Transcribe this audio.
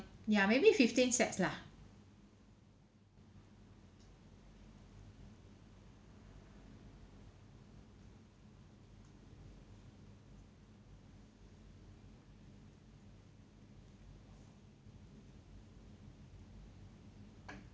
ya maybe fifteen sets lah